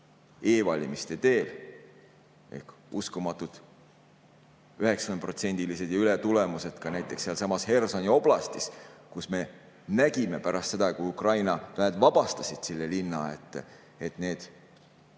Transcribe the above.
e-valimiste teel. Need uskumatud 90%-lised ja üle selle tulemused ka näiteks sealsamas Hersoni oblastis, kus me nägime pärast seda, kui Ukraina väed vabastasid selle linna, et need, kes